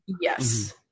Yes